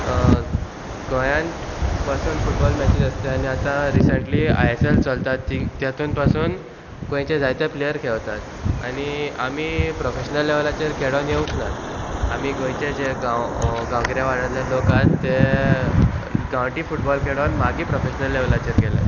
गोंयांत पासून football matches आसता आनी आतां रिसेंटली आय एस एल चलतात ती तेतून पासून गोंयचे जायते प्लेयर खेळतात आनी आमी प्रोफेशनल लेवलाचेर खेळोन येवंक ना आमी गोंयचे जे गांव गांवगिऱ्या वाड्यांतले लोकात ते गांवटी फुटबॉल खेळोन मागीर प्रोफेशनल लेवलाचेर गेल्यात